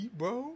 bro